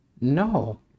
no